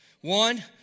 One